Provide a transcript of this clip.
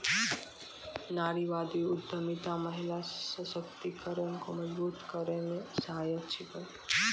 नारीवादी उद्यमिता महिला सशक्तिकरण को मजबूत करै मे सहायक छिकै